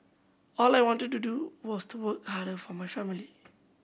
all I wanted to do was to work harder for my family